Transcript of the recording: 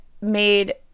made